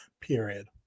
period